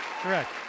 Correct